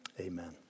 amen